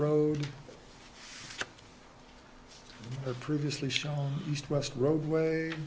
road previously show east west roadway